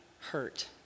hurt